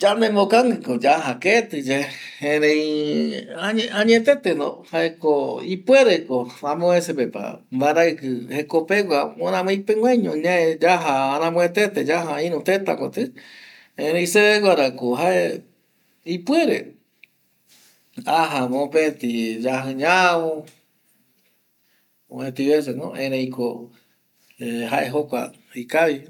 Ñanoiyae yayemongueta ñai guapɨka rendare yae yaemmmm ayemongueta ai yae semaendua ai ayemo maendua ai mopetiara kotɨ kotɨ yaeka yande rendara paraete yae, ouma arete yande rupitɨ yae kotɨ kotɨ yaeka yareko